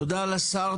תודה לשר,